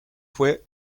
fue